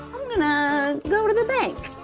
i'm gonna go to the bank,